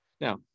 Now